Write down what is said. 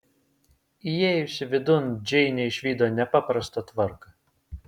įėjusi vidun džeinė išvydo nepaprastą tvarką